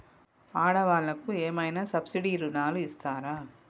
ఆడ వాళ్ళకు ఏమైనా సబ్సిడీ రుణాలు ఇస్తారా?